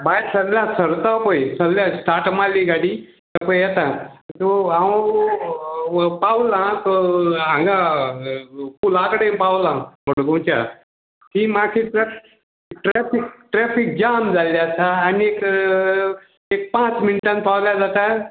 बाय सल्ल्या सरता पय सल्ल्या स्टाट माल्ली गाडी येता सो हांव पावला हांगा पुलाकडेन पावलां मडगांवच्या ती मागीर ट्रॅफीक जाम जाल्ली आसा आनीक एक पांच मिनटान पावल्या जाता